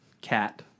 cat